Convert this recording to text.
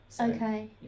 Okay